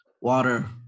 water